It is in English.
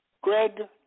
Greg